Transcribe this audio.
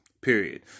Period